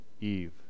Eve